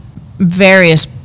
various